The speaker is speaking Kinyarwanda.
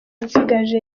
nsigaje